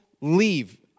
leave